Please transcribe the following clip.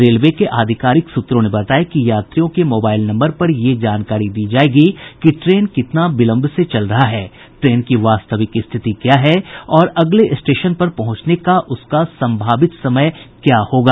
railway के आधिकारिक सूत्रों ने बताया कि यात्रियों के मोबाईल नम्बर पर यह जानकारी दी जायेगी कि ट्रेन कितना विलंब से चल रहा है ट्रेन की वास्तविक स्थिति क्या है और अगले स्टेशन पर पहुंचने का उसका संभावित समय क्या होगा